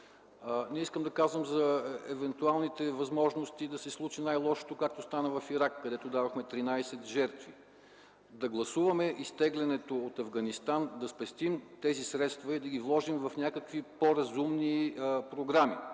Не искам да говоря за евентуалните възможности да се случи най-лошото, както стана в Ирак, където дадохме 13 жертви. Да гласуваме изтеглянето от Афганистан! Да спестим тези средства и ги вложим в някакви по-разумни програми.